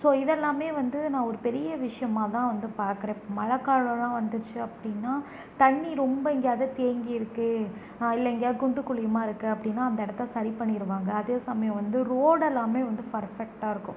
so இதெல்லாமே வந்து நான் ஒரு பெரிய விஷயமாகதான் வந்து பார்க்குறேன் மழை காலம்லாம் வந்துச்சி அப்படினா தண்ணீர் ரொம்ப எங்கையாவது தேங்கி இருக்குது இல்லை எங்கையாவது குண்டு குழியுமாக இருக்குது அப்படினா அந்த இடத்த சரி பண்ணிடுவாங்க அதே சமயம் வந்து ரோடெல்லாமே வந்து பர்ஃபெக்ட்டாக இருக்கும்